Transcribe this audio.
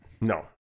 No